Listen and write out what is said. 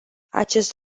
acest